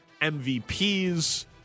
MVPs